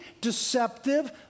deceptive